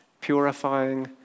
purifying